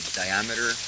diameter